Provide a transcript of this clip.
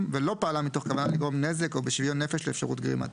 ולא פעלה מתוך כוונה לגרום נזק או בשוויון נפש לאפשרות גרימתו,